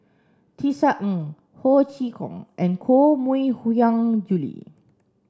Tisa Ng Ho Chee Kong and Koh Mui Hiang Julie